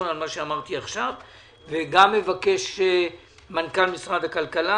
על מה שאמרתי עכשיו וגם מבקש ממנכ"ל משרד הכלכלה,